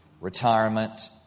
retirement